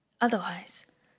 Otherwise